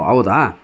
ಹೌದಾ